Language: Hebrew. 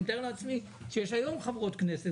ואני מתאר לעצמי שיש היום חברות כנסת,